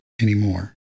anymore